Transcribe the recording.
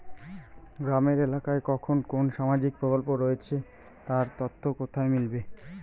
গ্রামের এলাকায় কখন কোন সামাজিক প্রকল্প রয়েছে তার তথ্য কোথায় মিলবে?